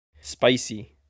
Spicy